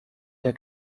der